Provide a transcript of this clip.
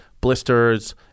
blisters